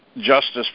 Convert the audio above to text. justice